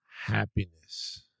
happiness